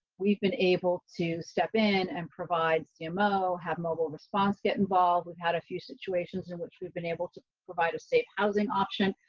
we've been able to step in and provide stumo have mobile response get involved. we've had a few situations in which we've been able to provide a state housing option.